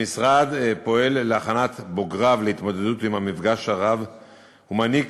המשרד פועל להכנת בוגריו להתמודדות עם המפגש הרב-תרבותי ומעניק